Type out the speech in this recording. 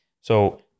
So-